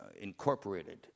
incorporated